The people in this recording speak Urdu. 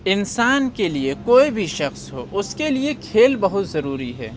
انسان کے لیے کوئی بھی شخص ہو اُس کے لیے کھیل بہت ضروری ہے